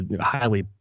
highly